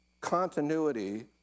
continuity